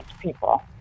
people